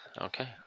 Okay